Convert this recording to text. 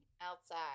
outside